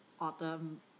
Autumn